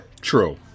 True